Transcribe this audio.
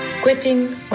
Quitting